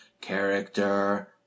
character